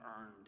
earned